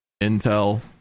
Intel